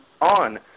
on